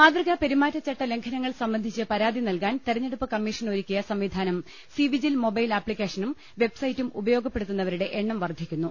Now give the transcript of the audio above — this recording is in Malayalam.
മാതൃകാ പെരുമാറ്റച്ചട്ട ലംഘനങ്ങൾ സംബന്ധിച്ച് പരാതി നൽകാൻ തെരഞ്ഞെടുപ്പ് കമ്മീഷൻ ഒരുക്കിയ സംവിധാനം സി വിജിൽ മൊബൈൽ ആപ്തിക്കേഷനും വെബ്സൈറ്റും ഉപയോഗ പ്പെടുത്തുന്നവരുടെ എണ്ണം വർധിക്കുന്നു